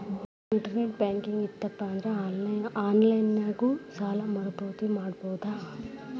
internet banking ಇತ್ತಪಂದ್ರಾ online ನ್ಯಾಗ ಸಾಲ ಮರುಪಾವತಿ ಮಾಡಬೋದು